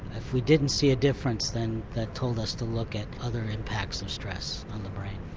if we didn't see a difference then that told us to look at other impacts of stress on the brain.